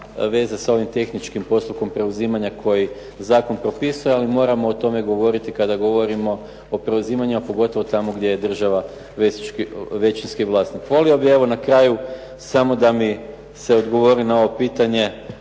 veze sa ovim tehničkim postupkom preuzimanja koje zakon propisuje, ali moramo o tome govoriti kada govorimo o preuzimanju, a pogotovo tamo gdje je država većinski vlasnik. Molio bih evo na kraju samo da mi se odgovori na ovo pitanje